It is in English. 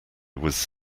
was